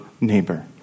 neighbor